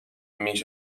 miss